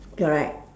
correct